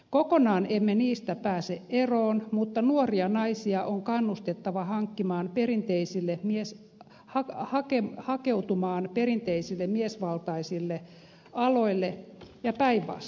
kokonaan emme niistä pääse eroon mutta nuoria naisia on kannustettava hakeutumaan perinteisille miesvaltaisille aloille ja päinvastoin